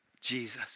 Jesus